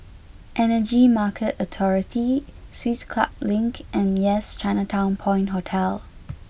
Energy Market Authority Swiss Club Link and Yes Chinatown Point Hotel